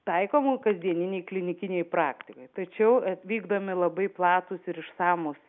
taikomų kasdieninėj klinikinėj praktikoj tačiau vykdomi labai platūs ir išsamūs